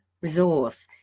resource